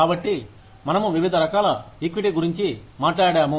కాబట్టి మనము వివిధ రకాల ఈక్విటీ గురించి మాట్లాడాము